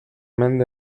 mende